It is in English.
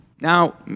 Now